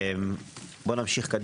נמשיך.